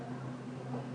בהתאמה,